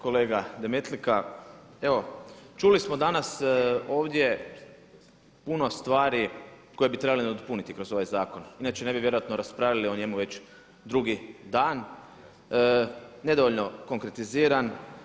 Kolega Demetlika, čuli smo danas ovdje puno stvari koje bi trebali nadopuniti kroz ovaj zakon, inače ne bi vjerojatno raspravljali o njemu već drugi dan, nedovoljno konkretiziran.